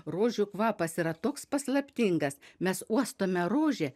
rožių kvapas yra toks paslaptingas mes uostome rožę